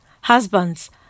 Husbands